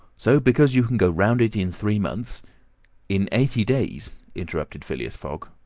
so, because you can go round it in three months in eighty days, interrupted phileas fogg.